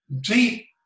deep